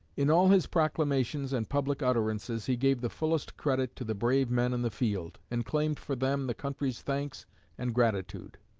in all his proclamations and public utterances he gave the fullest credit to the brave men in the field, and claimed for them the country's thanks and gratitude.